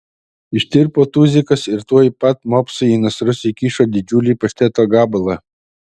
ištirpo tuzikas ir tuoj pat mopsui į nasrus įkišo didžiulį pašteto gabalą